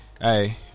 Hey